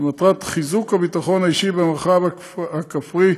למטרת חיזוק הביטחון האישי במרחב הכפרי,